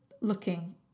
looking